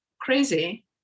crazy